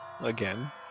again